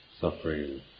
suffering